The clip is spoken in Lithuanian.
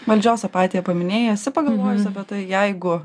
valdžios apatiją paminėjai esi pagalvojus apie tai jeigu